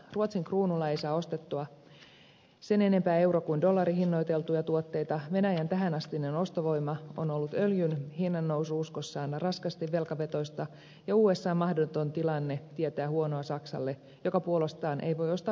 ruotsin kruunulla ei saa ostettua sen enempää euro kuin dollarihinnoiteltuja tuotteita venäjän tähänastinen ostovoima on ollut öljyn hinnannousu uskossaan raskaasti velkavetoista ja usan mahdoton tilanne tietää huonoa saksalle joka puolestaan ei voi ostaa meiltäkään